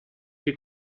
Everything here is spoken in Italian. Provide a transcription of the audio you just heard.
che